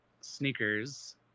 sneakers